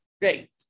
Great